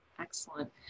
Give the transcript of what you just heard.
Excellent